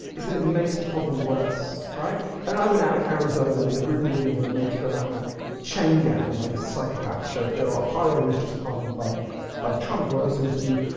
it's that it makes the problem worse. i mean i went out in arizona with a group of women who were made to go out in a chain gang by this psychopath, sheriff joe arpaio, who was just pardoned by by trump, who i also interviewed,